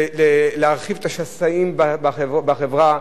להרחבת השסעים בחברה,